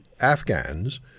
Afghans